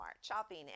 shopping